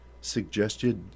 suggested